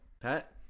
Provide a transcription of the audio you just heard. Pat